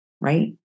right